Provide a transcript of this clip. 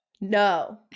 no